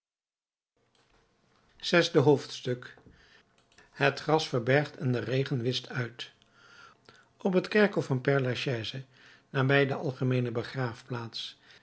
zesde hoofdstuk het gras verbergt en de regen wischt uit op het kerkhof van père lachaise nabij de algemeene begraafplaats